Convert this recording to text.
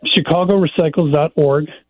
chicagorecycles.org